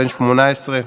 בן 18,